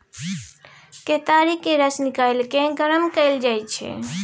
केतारीक रस निकालि केँ गरम कएल जाइ छै